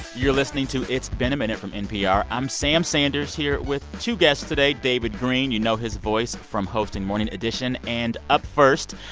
you're listening to it's been a minute from npr. i'm sam sanders here with two guests today david greene. you know his voice from hosting morning edition and up first.